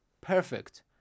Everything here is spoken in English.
perfect